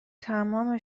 تمام